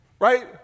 Right